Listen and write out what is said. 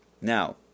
Now